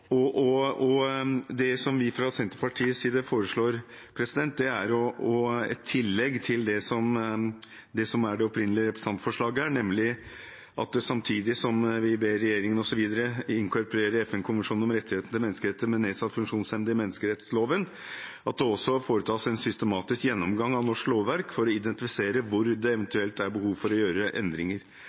er det opprinnelige representantforslaget, nemlig at det, samtidig som vi ber regjeringen inkorporere FN-konvensjonen om rettigheter til mennesker med nedsatt funksjonsevne i menneskerettsloven, foretas en systematisk gjennomgang av norsk lovverk for å identifisere hvor det eventuelt er behov for å gjøre endringer.